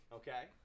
okay